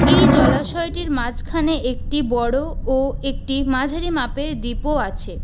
এই জলাশয়টির মাঝখানে একটি বড় ও একটি মাঝারি মাপের দ্বীপও আছে